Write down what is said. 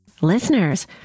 Listeners